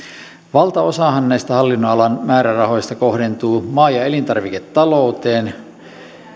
valtaosahan näistä hallinnonalan määrärahoista kohdentuu maa ja elintarviketalouteen